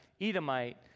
Edomite